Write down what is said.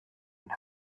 and